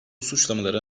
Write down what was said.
suçlamalara